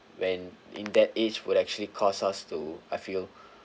when in that age would actually cost us to I feel